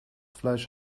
fleisch